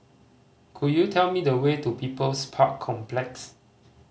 could you tell me the way to People's Park Complex